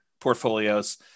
portfolios